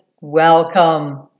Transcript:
Welcome